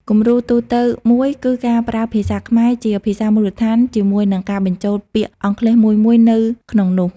គំរូទូទៅមួយគឺការប្រើភាសាខ្មែរជាភាសាមូលដ្ឋានជាមួយនឹងការបញ្ចូលពាក្យអង់គ្លេសមួយៗនៅក្នុងនោះ។